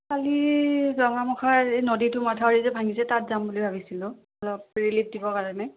কালি জঙামুখাৰ এই নদীটো মাথাউৰি যে ভাঙিছে তাত যাম বুলি ভাবিছিলোঁ অলপ ৰিলিফ দিবৰ কাৰণে